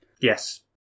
Yes